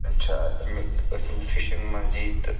چھِ اَمیُک أتھۍ مہٕ فِشِنٛگ منٛز یی تہٕ